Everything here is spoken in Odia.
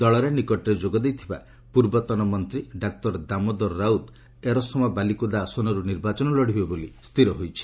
ଦଳରେ ନିକଟରେ ଯୋଗ ଦେଇଥିବା ପୂର୍ବତନ ମନ୍ତ୍ରୀ ଦାମୋଦର ରାଉତ ଏରସମା ବାଲିକୁଦା ଆସନର୍ ନିର୍ବାଚନ ଲଢ଼ିବେ ବୋଲି ସ୍ଥିର ହୋଇଛି